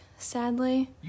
sadly